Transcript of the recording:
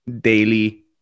daily